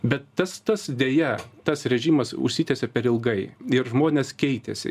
bet tas tas deja tas režimas užsitęsė per ilgai ir žmonės keitėsi